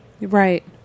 right